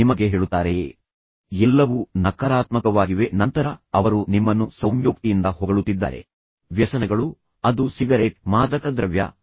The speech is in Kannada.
ನಿಮಗೆ ಇದು ತಿಳಿದಿರಬಹುದು ಏಕೆಂದರೆ ಮಿಸ್ಟರ್ ಬಿ ಯಾವಾಗಲೂ ಇತರರ ತಪ್ಪುಗಳನ್ನು ನೋಡಲು ಪ್ರಯತ್ನಿಸುತ್ತಾನೆ ಮತ್ತು ಅವುಗಳನ್ನು ಉತ್ಪ್ರೇಕ್ಷಿಸಲು ಒಲವು ತೋರುತ್ತಾನೆ